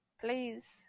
please